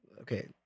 Okay